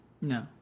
No